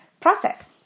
process